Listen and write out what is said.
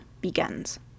begins